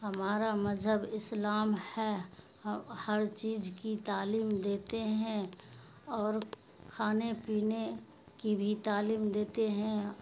ہمارا مذہب اسلام ہے ہر چیز کی تعلیم دیتے ہیں اور کھانے پینے کی بھی تعلیم دیتے ہیں